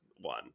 one